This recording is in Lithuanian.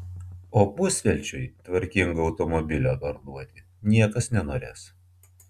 o pusvelčiui tvarkingo automobilio parduoti niekas nenorės